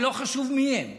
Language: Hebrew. ולא חשוב מי הם,